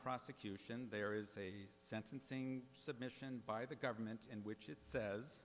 prosecution there is a sentencing submission by the government in which it says